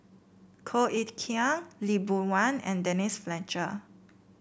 Koh Eng Kian Lee Boon Wang and Denise Fletcher